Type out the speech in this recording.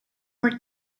were